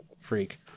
freak